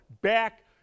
back